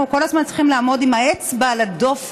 אנחנו כל הזמן צריכים לעמוד עם האצבע על הדופק